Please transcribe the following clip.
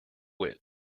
wit